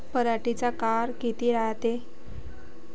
पराटीचा काळ किती रायते?